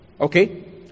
okay